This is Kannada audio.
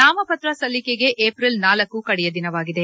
ನಾಮಪತ್ರ ಸಲ್ಲಿಕೆಗೆ ಏಪ್ರಿಲ್ ಳ ಕಡೆಯ ದಿನವಾಗಿದೆ